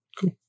Cool